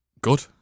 good